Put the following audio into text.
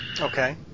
Okay